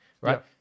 right